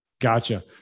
Gotcha